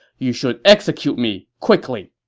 you should execute me quickly!